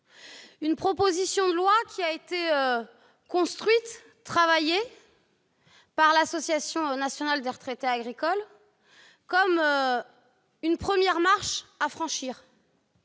Cette proposition de loi a été conçue et travaillée par l'Association nationale des retraités agricoles de France comme une première marche à franchir,